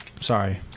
Sorry